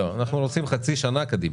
לא, אנחנו רוצים חצי שנה קדימה.